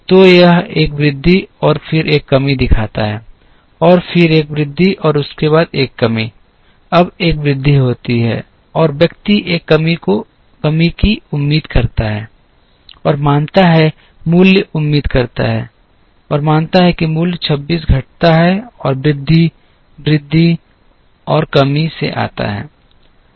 तो यह एक वृद्धि और फिर एक कमी दिखाता है और फिर एक वृद्धि और उसके बाद एक कमी अब एक वृद्धि होती है और व्यक्ति एक कमी की उम्मीद करता है और मानता है कि मूल्य उम्मीद करता है और मानता है कि मूल्य 26 घटता है और वृद्धि वृद्धि और कमी से आता है